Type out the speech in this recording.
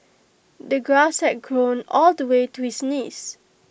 the grass had grown all the way to his knees